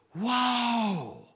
wow